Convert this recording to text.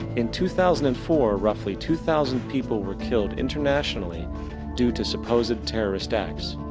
in two thousand and four roughly two thousand people were killed internationally due to supposed terrorist acts.